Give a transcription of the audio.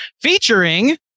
featuring